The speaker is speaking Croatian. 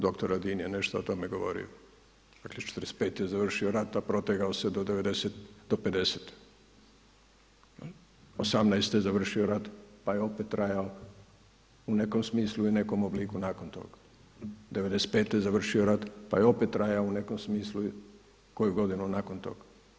Dr. Radin je nešto o tome govorio, dakle 45. je završio rat, a protegao se do 50., 18. je završio rat pa je opet trajao u nekom smislu i nekom obliku nakon toga. ´95. je zavrio rat, pa je opet trajao u nekom smislu i koju godinu nakon toga.